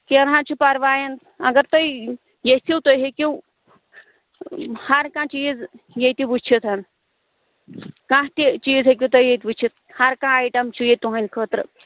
کیٚنٛہہ نہَ حظ چھُ پَرواے اگر تۄہہِ ییٚژھو تُہۍ ہیٚکِو ہر کانٛہہ چیٖز ییٚتہِ وُچھِتھ کانٛہہ تہِ چیٖز ہیٚکِو تۄہہِ ییٚتہِ وُچھِتھ ہر کانٛہہ ایٹم چھُ ییٚتہِ تُہنٛدٕ خٲطرٕ